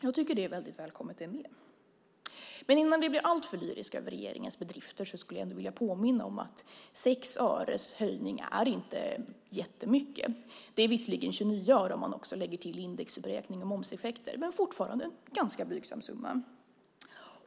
Jag tycker att det är väldigt välkommet det med. Innan vi blir alltför lyriska över regeringens bedrifter skulle jag ändå vilja påminna om att 6 öres höjning inte är jättemycket. Det är visserligen 29 öre om man också lägger till indexuppräkning och momseffekter, men det är fortfarande en ganska blygsam summa.